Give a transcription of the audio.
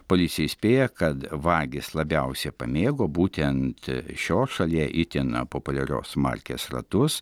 policija įspėja kad vagys labiausiai pamėgo būtent šios šalyje itin populiarios markės ratus